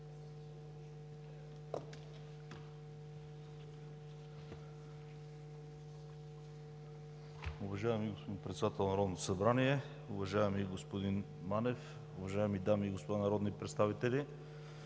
Уважаеми господин Председател на Народното събрание, уважаеми господин Манев, уважаеми дами и господа народни представители!